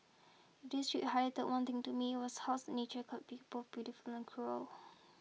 if this trip highlighted one thing to me was how's nature could be both beautiful and cruel